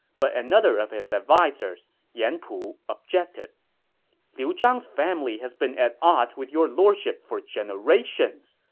but another of his advisers, yan pu, objected liu zhang's family has been at odds with your lordship for generations,